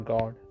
God